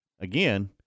again